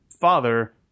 father